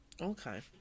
Okay